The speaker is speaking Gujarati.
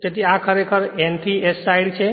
તેથી આ ખરેખર N થી S સાઈડ છે